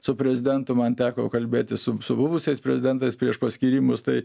su prezidentu man teko kalbėtis su su buvusiais prezidentais prieš paskyrimus tai